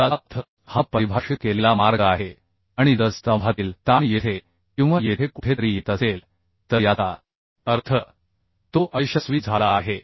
याचा अर्थ हा परिभाषित केलेला मार्ग आहे आणि जर स्तंभातील ताण येथे किंवा येथे कुठेतरी येत असेल तर याचा अर्थ तो अयशस्वी झाला आहे